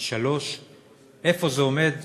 3. איפה זה עומד,